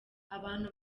abantu